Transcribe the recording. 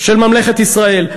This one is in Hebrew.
של ממלכת ישראל.